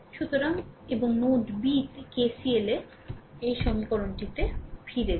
সুতরাং এবং node b KCL সেই সমীকরণটিতে ফিরে যান